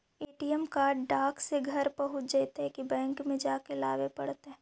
ATM card डाक से घरे पहुँच जईतै कि बैंक में जाके लाबे पड़तै?